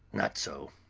not so.